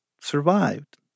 survived